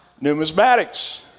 numismatics